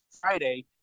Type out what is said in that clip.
Friday